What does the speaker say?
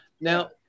Now